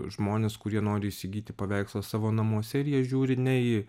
žmones kurie nori įsigyti paveikslą savo namuose ir jie žiūri ne į